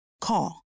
Call